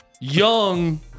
young